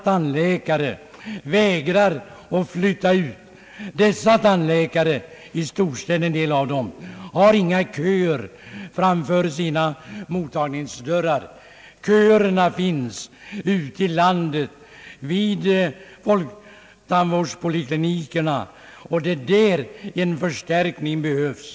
Tandläkarna där vägrar emellertid att flytta ut. En stor del av dem har inga köer framför sina mottagningsdörrar, utan köerna finns vid folktandvårdspoliklinikerna ute i landet, och det är där en förstärkning behövs.